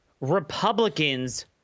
republicans